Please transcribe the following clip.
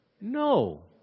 No